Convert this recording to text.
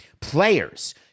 players